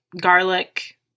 garlic